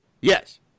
Yes